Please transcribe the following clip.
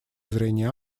зрения